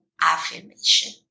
affirmation